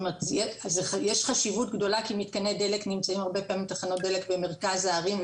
יש חשיבות גדולה כי מתקני דלק נמצאים הרבה פעמם בתחנות דלק במרכז הערים,